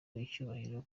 n’icyubahiro